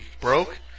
broke